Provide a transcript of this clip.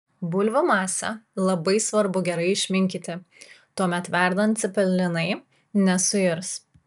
bulvių masę labai svarbu gerai išminkyti tuomet verdant cepelinai nesuirs